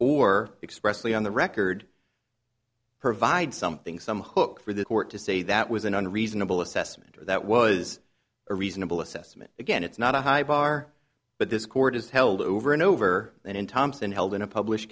or expressly on the record provide something some hook for the court to say that was an unreasonable assessment or that was a reasonable assessment again it's not a high bar but this court is held over and over and in thompson held in a publish